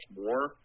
more